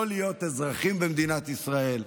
לא להיות אזרחים במדינת ישראל,